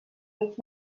mig